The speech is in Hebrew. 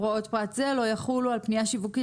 הוראות פרט זה לא יחולו על פנייה שיווקית